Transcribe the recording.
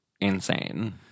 insane